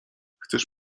chcesz